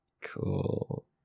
cool